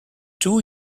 too